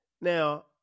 Now